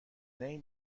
نمی